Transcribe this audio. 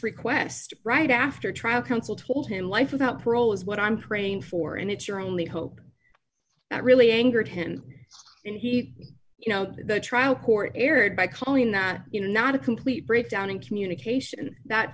request right after trial counsel told him life without parole is what i'm praying for and it's your only hope that really angered him and he you know the trial court erred by calling that you know not a complete breakdown in communication that